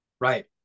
Right